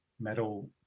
metal